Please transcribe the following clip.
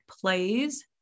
plays